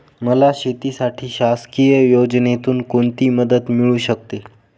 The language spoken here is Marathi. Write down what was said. मला शेतीसाठी शासकीय योजनेतून कोणतीमदत मिळू शकते?